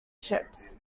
ships